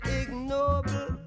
ignoble